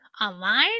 online